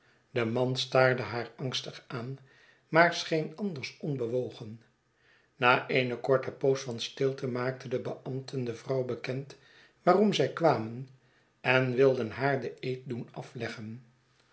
de man staarde haar angstig aan maar scheen anders onbewogen na eene korte poos van stilte maakten de beambten de vrouw bekend waarom zij kwamen en wilden haar den eed doen afleggen